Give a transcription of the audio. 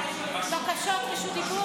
בקשות רשות דיבור?